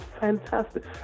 fantastic